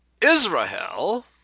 israel